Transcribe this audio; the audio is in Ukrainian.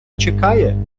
чекає